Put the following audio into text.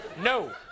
No